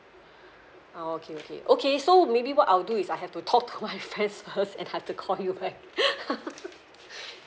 ah okay okay okay so maybe what I'll do is I have to talk to my friends first and have to call you back